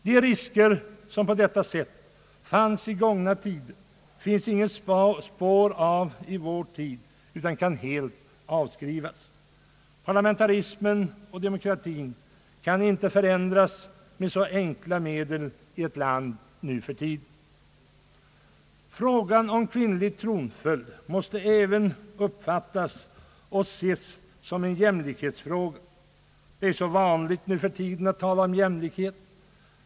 De risker av detta slag som fanns i gångna tider finns inget spår av i vår tid, utan oron för dem kan helt avskrivas. Parlamentarismen och demokratin 1 ett land kan inte förändras med så enkla medel nu för tiden. Frågan om kvinnlig tronföljd måste även uppfattas och ses som en jämlikhetsfråga. Det är så vanligt numera att tala om jämlikhet.